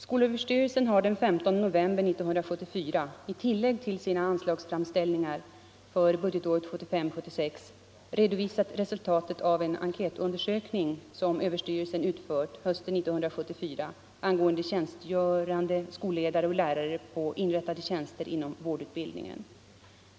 Skolöverstyrelsen har den 15 november 1974 i tillägg till sina anslagsframställningar för budgetåret 1975/76 redovisat resultatet av en enkätundersökning som överstyrelsen utfört hösten 1974 angående tjänstgörande skolledare och lärare på inrättade tjänster inom vårdutbildningen.